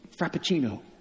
frappuccino